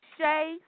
Shay